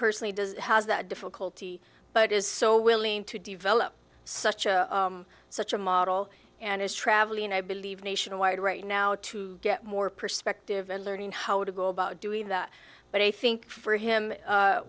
personally does has that difficulty but is so willing to develop such a such a model and is travelling i believe nationwide right now to get more perspective in learning how to go about doing that but i think for him